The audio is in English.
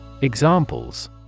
Examples